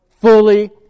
fully